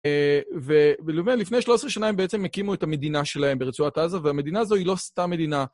יחי אדוננו מורנו ורבנו